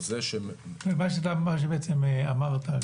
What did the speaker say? מה שבעצם אמרת,